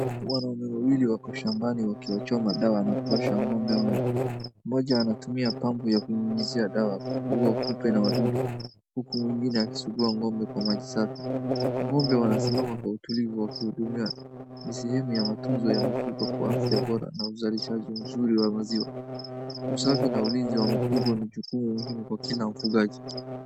Wanaume wawili wako shambani wakiwachoma dawa na ng'ombe wao. Mmoja anatumia pampu ya kunyunyuzia dawaya kuua kupe na wadudu huku mwingine akisugua ng'ombe kwa maji safi.Ng'ombe wanasimama kwa utulivu wa kuhudumiwa. Ni sehemu ya matunzo ya mifugo kwa afya bora na uzalishaji mzuri wa maziwa, usafi na ulinzi wa mifungo ni jukumu muhimu kwa kila mfugaji.